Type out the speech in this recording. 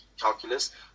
calculus